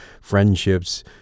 friendships